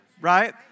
right